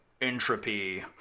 entropy